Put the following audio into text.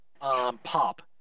pop